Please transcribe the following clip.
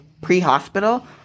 pre-hospital